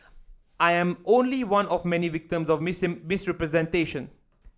I am only one of many victims of misrepresentation